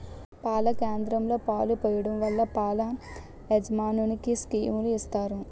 పాల కేంద్రంలో పాలు పోయడం వల్ల పాల యాజమనికి స్కీములు ఇత్తారు